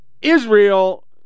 Israel